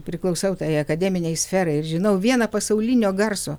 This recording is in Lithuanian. priklausau tai akademinei sferai ir žinau vieną pasaulinio garso